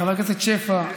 חבר כנסת שפע,